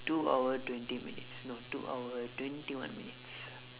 two hour twenty minutes no two hour twenty one minutes